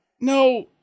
No